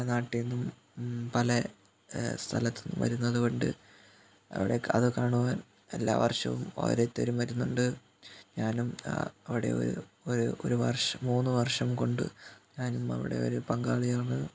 പല നാട്ടിൽ നിന്നും പല സ്ഥലത്തു നിന്നും വരുന്നത് കൊണ്ട് അവിടെ അത് കാണുവാൻ എല്ലാ വർഷവും ഓരോരുത്തരും വരുന്നുണ്ട് ഞാനും അവിടെ അവിടെ ഒരു ഒരു വർഷം മൂന്ന് വർഷം കൊണ്ട് ഞാനും അവിടെയൊരു പങ്കാളിയാണ്